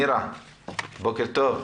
מירה, בוקר טוב.